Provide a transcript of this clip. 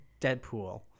Deadpool